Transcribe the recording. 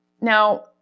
Now